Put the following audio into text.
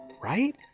right